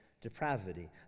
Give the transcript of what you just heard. depravity